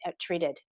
treated